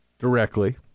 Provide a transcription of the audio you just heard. Directly